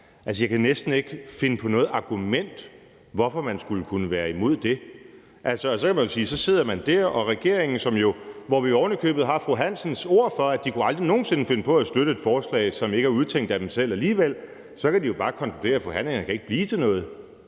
kan jeg næsten ikke finde på noget argument for hvorfor man skulle kunne være imod. Så kan man jo sige, at så sidder man der, og regeringen – vi har ovenikøbet fru Charlotte Bagge Hansens ord for, at de aldrig nogen sinde kunne finde på at støtte et forslag, som ikke er udtænkt af dem selv alligevel – kan jo bare konkludere, at forhandlingerne ikke kan blive til noget.